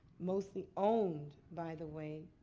mostly owned, by the way.